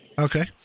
Okay